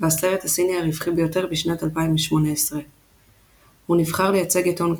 והסרט הסיני הרווחי ביותר בשנת 2018. הוא נבחר לייצג את הונג